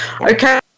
Okay